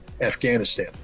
Afghanistan